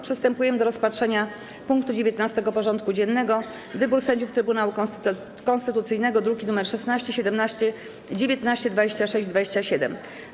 Przystępujemy do rozpatrzenia punktu 19. porządku dziennego: Wybór sędziów Trybunału Konstytucyjnego (druki nr 16, 17, 19, 26 i 27)